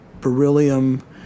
Beryllium